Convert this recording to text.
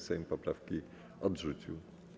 Sejm poprawki odrzucił.